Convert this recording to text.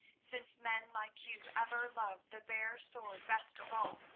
since men like you ever love the bare sword best of all,